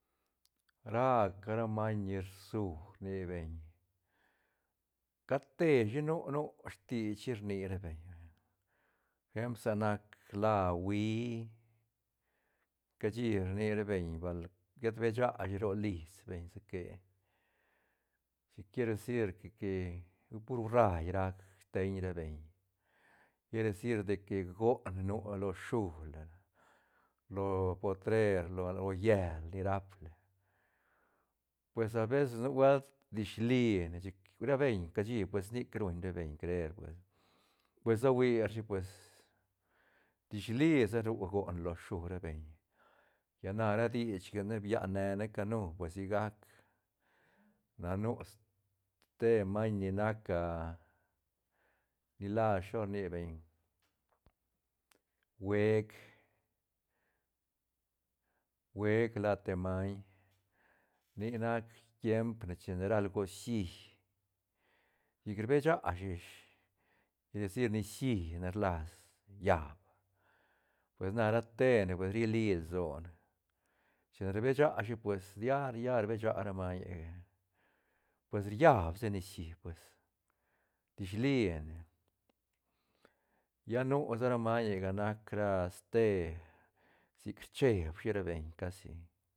Raca ra maiñ ni rsu ni beñ cat teshi nu- nu stich shi rni ra beñ vaya por ejempl sa nac la uí cashi rni ra beñ bal llet besashi ro lis beñ sique chic quiere decir que- que hui pur urail rac steiñ ra beñ quiere decir de que goon nu lo shúla lo potrer lo a o lo llel ni rapla pues abeces nubuelt dishli chic ra beñ cashi pues nic ruñ ra beñ creer pues- pues se hui ra shi pues dishli sa nu goon lo shú ra beñ lla na ra dich ga ne biane ne canu pues sigac na nu ste maiñ ni nac a ni la shi lo rni beñ huec- huec la te maiñ nic nac tiemp ne chine ral gucií chic rbe shashi ish quiere decir nicií ne rlas llab pues na ratene pues ri li lsone chi na rbe sashi pues diar- diar rbe cha ra mañega pues riab sa nicií pues disline lla nu sa ra meñega nac ra ste sic rcheeb shi ra beñ casi